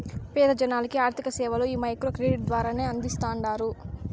పేద జనాలకి ఆర్థిక సేవలు ఈ మైక్రో క్రెడిట్ ద్వారానే అందిస్తాండారు